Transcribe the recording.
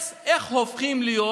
איך הופכים להיות